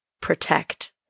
protect